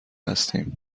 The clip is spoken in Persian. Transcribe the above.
هستیم